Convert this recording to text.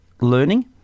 learning